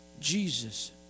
Jesus